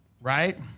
Right